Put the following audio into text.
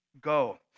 go